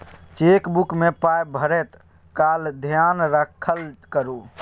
chequebook मे पाय भरैत काल धेयान राखल करू